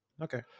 Okay